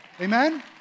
Amen